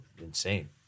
insane